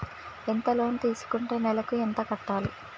ఎంత లోన్ తీసుకుంటే నెలకు ఎంత కట్టాలి?